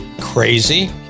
crazy